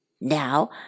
Now